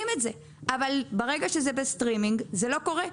תמלוגים אבל כאשר זה בסטרימינג זה לא קורה.